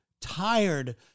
tired